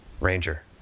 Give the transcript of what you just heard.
ranger